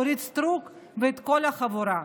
אורית סטרוק וכל החבורה.